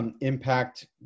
impact